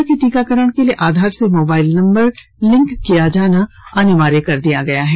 corona के टीकाकरण के लिए आधार से मोबाइल नंबर लिंक होना अनिवार्य कर दिया गया है